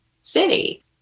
city